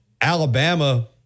Alabama